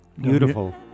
Beautiful